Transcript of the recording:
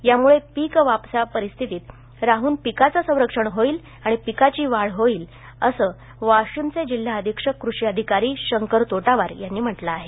त्यामुळे पीक वापसा परिस्थीत राहून पिकाचे संरक्षण होईल आणि पिकाची वाढ चांगली होईल असे वाशिमचे जिल्हा अधीक्षक कृषि अधिकारी शंकर तोटावार यांनी म्हटलं आहे